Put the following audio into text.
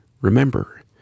Remember